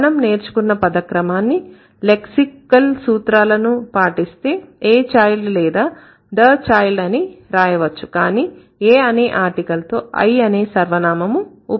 మనం నేర్చుకున్న పదక్రమాన్ని లెక్సికల్ సూత్రాలను పాటిస్తే a child లేదా the child అని రాయవచ్చు కానీ a అనే ఆర్టికల్ తో I అనే సర్వనామం ఉపయోగించలేము